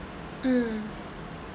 mm